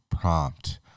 prompt